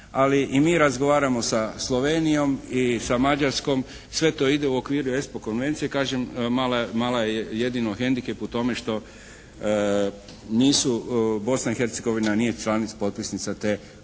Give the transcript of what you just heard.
Ali i mi razgovaramo sa Slovenijom i sa Mađarskom. Sve to ide u okviru SPO konvencije. Kažem, mali je jedino hendikep u tome što nisu Bosna i Hercegovina nije članica potpisnica te Konvencije